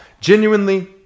Genuinely